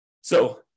So-